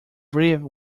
breathe